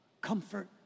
comfort